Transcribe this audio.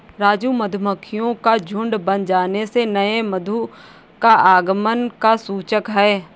राजू मधुमक्खियों का झुंड बन जाने से नए मधु का आगमन का सूचक है